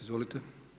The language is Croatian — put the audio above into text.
Izvolite.